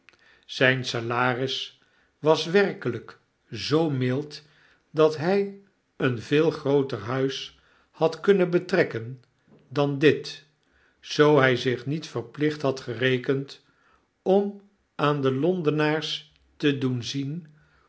was werkelyk zoo mild dat hy een veel grooter huis had kunnen betrekken dan dit zoo hy zich niet verplicht had gerekend om aan de londenaars te doen zien